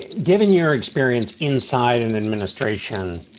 ah given your experience inside an administration.